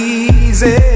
easy